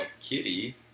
Kitty